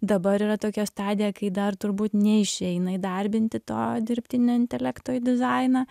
dabar yra tokia stadija kai dar turbūt neišeina įdarbinti to dirbtinio intelekto į dizainą